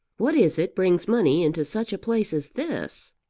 what is it brings money into such a place as this?